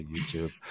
YouTube